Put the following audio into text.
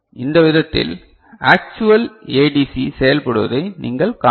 இந்த விதத்தில் actual ADC செயல்படுவதை நீங்கள் காணலாம்